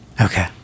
Okay